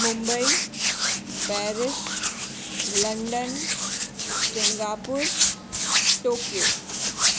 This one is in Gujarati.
Mumbai Paris London Singapore Tokyo